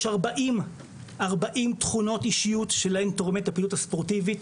יש 40 תכונות אישיות שלהן תורמת הפעילות הספורטיבית,